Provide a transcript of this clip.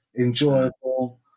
enjoyable